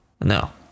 No